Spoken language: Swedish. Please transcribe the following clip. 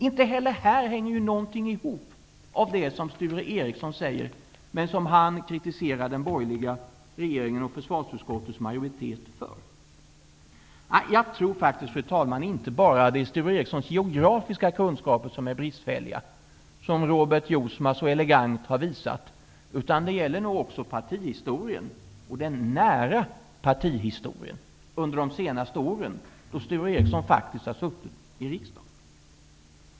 Inte heller här hänger någonting ihop av det som Sture Ericson säger men som han kritiserar den borgerliga regeringen och försvarsutskottets majoritet för. Jag tror faktiskt, fru talman, att det inte bara är Sture Ericsons geografiska kunskaper som är bristfälliga, som Robert Jousma så elegant har visat, utan det gäller nog också partihistorien -- och den nära partihistorien, under de senaste åren, då Sture Ericson har suttit i riksdagen.